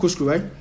right